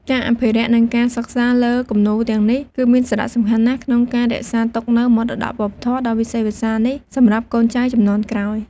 ការអភិរក្ស និងការសិក្សាលើគំនូរទាំងនេះ គឺមានសារៈសំខាន់ណាស់ក្នុងការរក្សាទុកនូវមរតកវប្បធម៌ដ៏វិសេសវិសាលនេះសម្រាប់កូនចៅជំនាន់ក្រោយ។